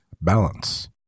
balance